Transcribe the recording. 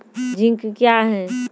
Zinc क्या हैं?